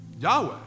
Yahweh